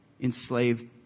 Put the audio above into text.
enslaved